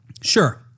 Sure